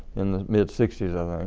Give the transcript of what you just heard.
in the mid-sixties, i think.